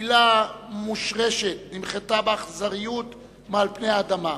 קהילה מושרשת נמחתה באכזריות מעל פני האדמה.